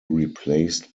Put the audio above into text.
replaced